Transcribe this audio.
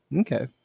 okay